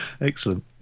excellent